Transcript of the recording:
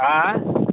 आँय